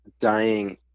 dying